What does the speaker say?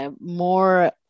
more